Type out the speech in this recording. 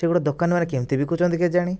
କିଏ ଗୋଟିଏ ଦୋକାନରେ କେମିତି ବିକୁଛନ୍ତି କେଜାଣି